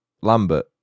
Lambert